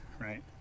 right